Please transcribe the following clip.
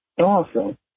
Awesome